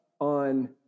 on